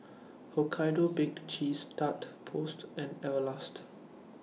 Hokkaido Baked Cheese Tart Post and Everlast